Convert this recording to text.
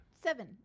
Seven